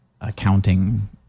accounting